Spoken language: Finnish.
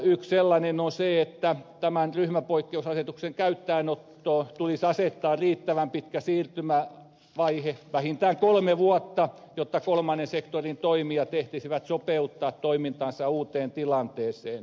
yksi sellainen on se että tämän ryhmäpoikkeusasetuksen käyttöönotolle tulisi asettaa riittävän pitkä siirtymävaihe vähintään kolme vuotta jotta kolmannen sektorin toimijat ehtisivät sopeuttaa toimintaansa uuteen tilanteeseen